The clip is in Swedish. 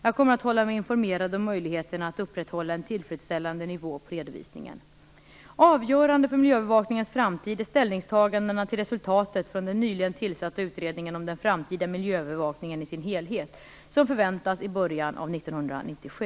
Jag kommer att hålla mig informerad om möjligheterna att upprätthålla en tillfredsställande nivå på redovisningen. Avgörande för miljöövervakningens framtid är ställningstagandena till resultatet från den nyligen tillsatta utredningen om den framtida miljöövervakningen i dess helhet, som förväntas i början av 1997.